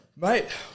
Mate